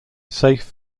safe